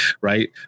right